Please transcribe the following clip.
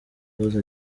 close